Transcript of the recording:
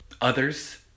Others